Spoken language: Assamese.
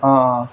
অঁ অঁ